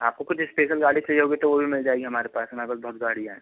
आपको कुछ इस्पेसल गाड़ी चाहिए होगी तो वो भी मिल जाएगी हमारे पास हमारे पास बहुत गाड़ियाँ हैं